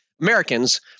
Americans